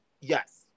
Yes